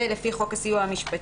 זה לפי חוק הסיוע המשפטי.